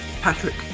Patrick